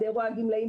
עובדי הוראה גמלאים,